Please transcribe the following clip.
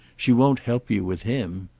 she won't help you with him.